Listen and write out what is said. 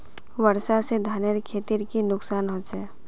वर्षा से धानेर खेतीर की नुकसान होचे?